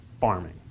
farming